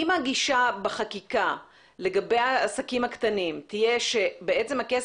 אם הגישה בחקיקה לגבי העסקים הקטנים תהיה שלגבי הכסף